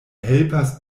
helpas